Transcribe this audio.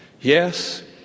yes